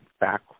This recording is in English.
back